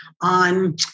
on